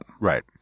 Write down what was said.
Right